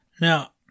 Now